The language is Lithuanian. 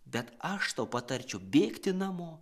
bet aš tau patarčiau bėgti namo